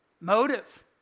motive